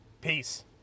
Peace